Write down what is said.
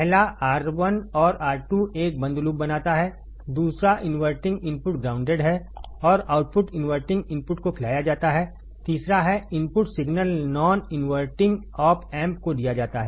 पहला R1और R2 एक बंद लूप बनाता हैदूसराइनवर्टिंग इनपुट ग्राउंडेड है और आउटपुट इनवर्टिंग इनपुट को खिलाया जाता हैतीसरा है input signal non inverting op amp को दिया जाता है